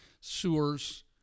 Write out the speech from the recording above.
sewers